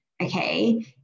okay